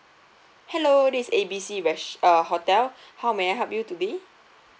hello this is A B C res~ uh hotel how may I help you today